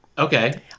Okay